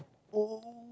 oh